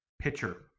pitcher